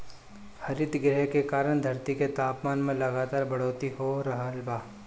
हरितगृह के कारण धरती के तापमान में लगातार बढ़ोतरी हो रहल बा